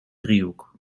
driehoek